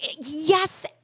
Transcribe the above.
Yes